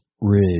ridge